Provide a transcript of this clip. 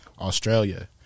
Australia